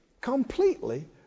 completely